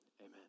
Amen